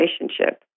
relationship